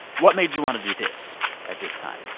what made you want to do this at this time?